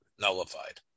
nullified